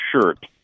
shirt